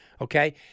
okay